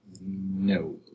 No